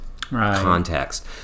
context